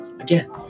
Again